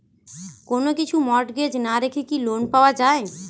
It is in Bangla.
কোন কিছু মর্টগেজ না রেখে কি লোন পাওয়া য়ায়?